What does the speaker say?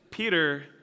Peter